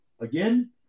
again